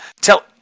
Tell